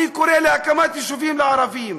אני קורא להקמת יישובים לערבים,